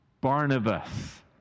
Barnabas